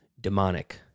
Demonic